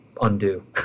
undo